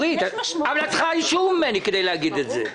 אורית, אבל את צריכה אישור ממני כדי להגיד את זה.